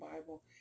Bible